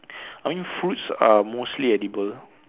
I mean fruits are mostly edible